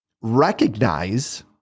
recognize